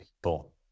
people